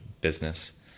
business